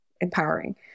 empowering